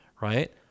right